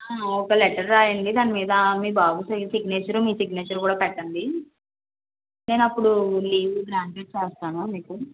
ఒక లెటర్ రాయండి దాని మీద మీ బాబు పేరు సిగ్నేచర్ మీ సిగ్నేచర్ కూడా పెట్టండి నేను అప్పుడు లీవు గ్రాంటెడ్ చేస్తాను మీకు